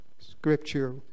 scripture